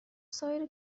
سایر